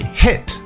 hit